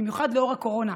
במיוחד לנוכח הקורונה,